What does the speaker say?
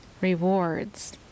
rewards